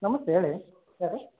ನಮಸ್ತೇ ಹೇಳಿ ಯಾರು